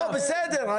בסדר.